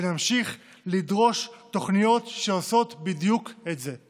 ונמשיך לדרוש תוכניות שעושות בדיוק את זה.